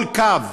כל קו.